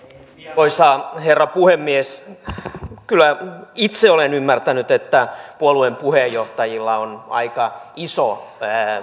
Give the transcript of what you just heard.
arvoisa herra puhemies kyllä itse olen ymmärtänyt että puolueen puheenjohtajilla on aika iso